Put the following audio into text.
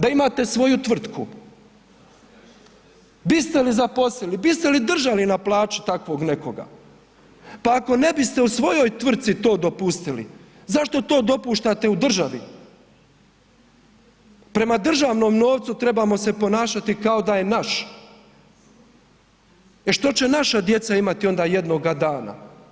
Da imate svoju tvrtku biste li zaposlili, biste li držali na plaći takvog nekoga, pa ako ne biste u svojoj tvrtci to dopustili zašto to dopuštate u državi, prema državnom novcu trebamo se ponašati kao da je naš, jer što će naša djeca imati onda jednoga dana.